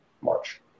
March